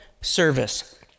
service